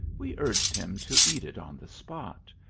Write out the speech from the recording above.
we urged him to eat it on the spot.